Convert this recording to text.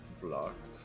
blocked